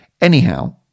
anyhow